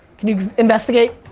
can you investigate?